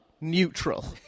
neutral